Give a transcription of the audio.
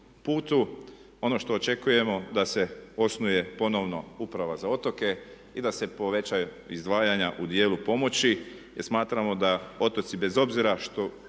putu. Ono što očekujemo da se osnuje ponovno uprava za otoke i da se povećavaju izdvajanja u dijelu pomoći jer smatramo da otoci bez obzira što